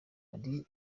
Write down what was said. hari